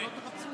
שלא תחפשו אותו.